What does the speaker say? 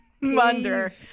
Munder